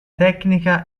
tecnica